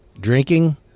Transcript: drinking